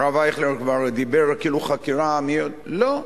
הרב אייכלר כבר דיבר כאילו חקירה, מי יודע מה, לא.